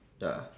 ya